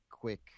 quick